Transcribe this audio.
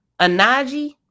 Anaji